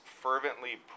fervently